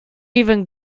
even